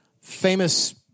famous